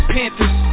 Panthers